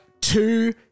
two